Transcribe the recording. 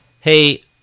hey